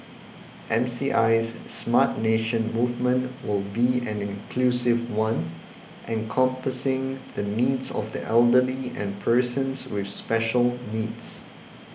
M C I S Smart Nation movement will be an inclusive one encompassing the needs of the elderly and persons with special needs